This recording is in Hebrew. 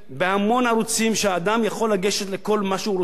שאדם יכול לגשת לכל מה שהוא רוצה לראות באופן חופשי.